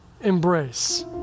embrace